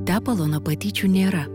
tepalo nuo patyčių nėra